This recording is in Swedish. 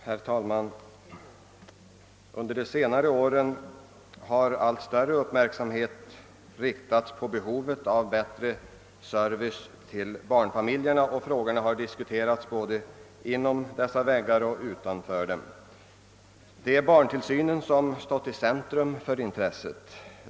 Herr talman! Under senare år har allt större uppmärksamhet ägnats åt behovet av bättre service till barnfamiljerna, och frågan har diskuterats både inom dessa väggar och utanför dem. Barntillsynen har därvid stått i centrum för intresset.